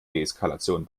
deeskalation